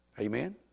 Amen